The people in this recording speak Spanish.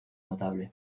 notable